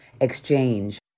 exchange